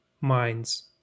Mines